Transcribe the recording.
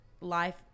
life